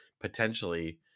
potentially